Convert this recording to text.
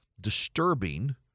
disturbing